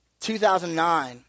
2009